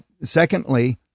Secondly